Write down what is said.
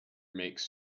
makes